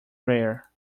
rare